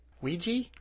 Ouija